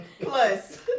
Plus